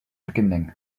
beginning